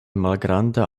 malgranda